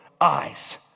eyes